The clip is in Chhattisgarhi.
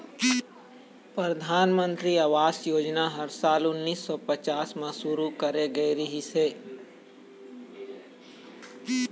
परधानमंतरी आवास योजना ह साल उन्नीस सौ पच्चाइस म शुरू करे गे रिहिस हे